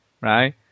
right